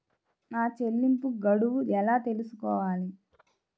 నా చెల్లింపు గడువు ఎలా తెలుసుకోవాలి?